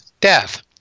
death